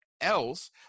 else